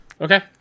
Okay